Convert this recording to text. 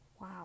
Wow